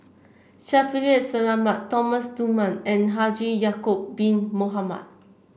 Shaffiq Selamat Thomas Dunman and Haji Ya'acob Bin Mohamed